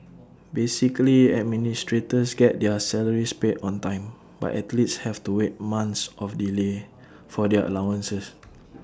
basically administrators get their salaries paid on time but athletes have to wait months of delay for their allowances